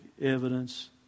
evidence